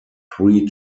three